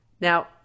Now